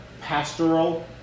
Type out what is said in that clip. pastoral